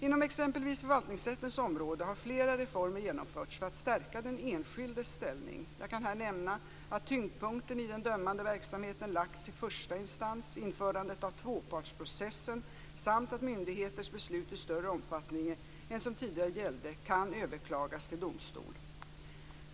Inom exempelvis förvaltningsrättens område har flera reformer genomförts för att stärka den enskildes ställning. Jag kan här nämna att tyngdpunkten i den dömande verksamheten lagts i första instans, införandet av tvåpartsprocessen samt att myndigheters beslut i större omfattning än som tidigare gällt kan överklagas till domstol.